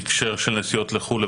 בהקשר של נסיעות לחו"ל,